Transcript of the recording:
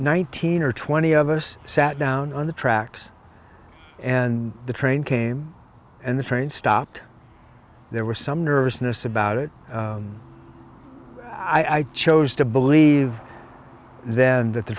nineteen or twenty of us sat down on the tracks and the train came and the train stopped there was some nervousness about it i chose to believe then that the